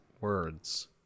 words